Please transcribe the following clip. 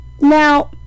Now